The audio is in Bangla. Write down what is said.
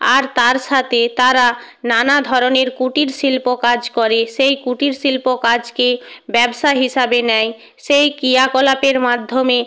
আর তার সাথে তারা নানা ধরনের কুটির শিল্প কাজ করে সেই কুটির শিল্প কাজকে ব্যবসা হিসাবে নেয় সেই ক্রিয়াকলাপের মাধ্যমে